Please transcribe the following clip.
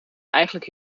eigenlijk